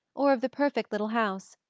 or of the perfect little house,